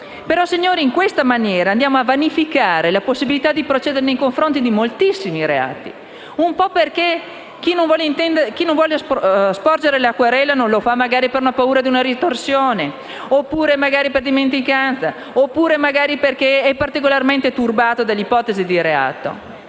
querela. Signori, in questa maniera andiamo a vanificare la possibilità di procedere nei confronti di moltissimi reati, perché a volte chi deve sporgere querela non lo fa magari per paura di una ritorsione, per dimenticanza, oppure perché particolarmente turbato dall'ipotesi di reato.